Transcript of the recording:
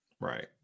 Right